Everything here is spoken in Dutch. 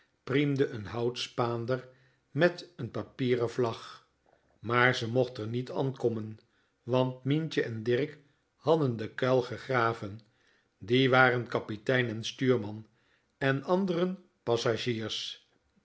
priemde n houtspaander met n papieren vlag maar ze mocht r niet ankommen want mientje en dirk hadden den kuil gegraven die waren kaptein en stuurman de anderen passagiers